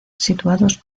situados